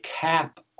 cap